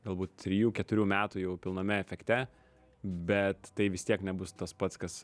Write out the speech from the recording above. galbūt trijų keturių metų jau pilname efekte bet tai vis tiek nebus tas pats kas